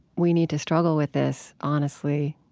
we need to struggle with this honestly,